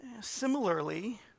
Similarly